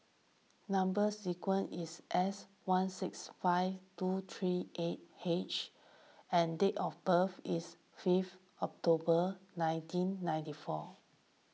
Number Sequence is S one six five seven two three eight H and date of birth is five October nineteen ninety four